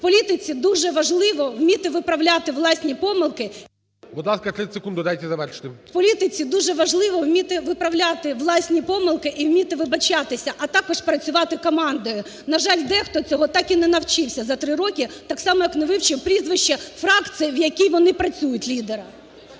30 секунд додайте завершити. ГЕРАЩЕНКО І.В. В політиці дуже важливо вміти виправляти власні помилки і вміти вибачатися, а також працювати командою. На жаль, дехто цього так і не навчився за 3 роки, так само як не вивчив прізвище фракції, в якій вони працюють, лідера.